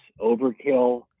Overkill